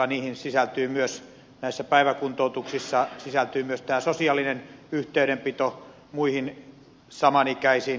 näihin päiväkuntoutuksiin sisältyy myös tämä sosiaalinen yhteydenpito muihin samanikäisiin